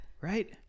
Right